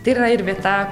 tai yra ir vieta